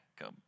Go